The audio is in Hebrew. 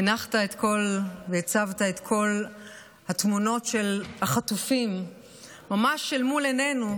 הנחת והצבת את כל התמונות של החטופים ממש אל מול עינינו,